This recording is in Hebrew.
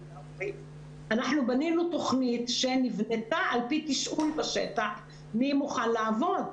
אנחנו בנינו תוכנית שנבנתה על פי תשאול בשטח של מי מוכן לעבוד,